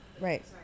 Right